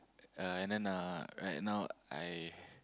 uh and then uh right now I